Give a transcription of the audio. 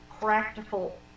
practical